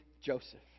Joseph